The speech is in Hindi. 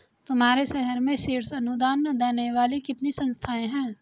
तुम्हारे शहर में शीर्ष अनुदान देने वाली कितनी संस्थाएं हैं?